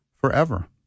forever